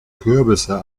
kürbisse